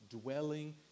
dwelling